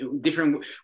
different